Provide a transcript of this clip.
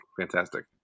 fantastic